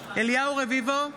בעד אליהו רביבו,